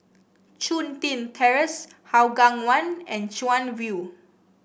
Chun Tin Terrace Hougang One and Chuan View